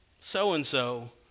so-and-so